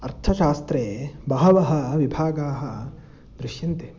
अर्थशास्त्रे बहवः विभागाः दृश्यन्ते